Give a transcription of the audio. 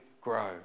grow